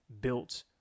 built